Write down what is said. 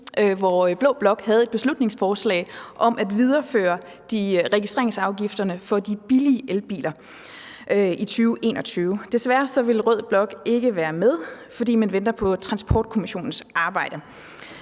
hvor blå blok havde et beslutningsforslag om at videreføre registreringsafgifterne for de billige elbiler i 2021. Desværre ville rød blok ikke være med, fordi man venter på Transportkommissionens arbejde.